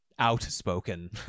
outspoken